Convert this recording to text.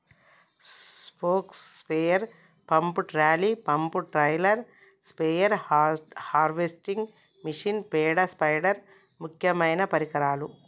stroke sprayer pump, trolley pump, trailer spare, harvesting machine, పేడ spider ముక్యమైన పరికరాలు